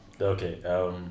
okay